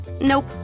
Nope